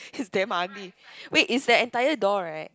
because damn ugly wait is that entire door right